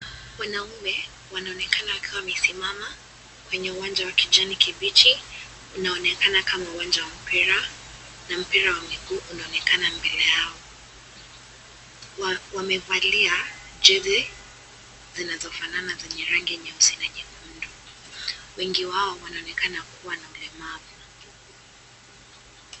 Wanaume wanaonekana wakiwa wamesimama kwenye uwanja wa kijani kibichi. Inaonekana kama uwanja wa mpira, na mpira wa miguu inaonekana mbele yao. Wamevalia jezi zinazofanana zenye rangi ya nyeusi na nyekundu. Wengi wao wanaonekana kuwa na ulemavu.